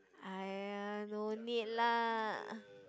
!aiya! no need lah